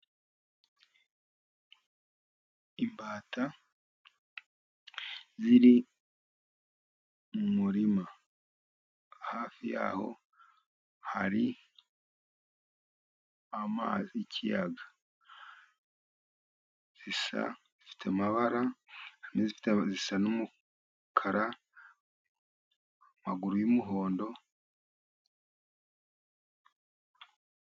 Imbata ziri mu murima, hafi yaho hari amazi y'ikiyaga, zisa zifite amabara, zisa n'umukara, amaguru y'umuhondo.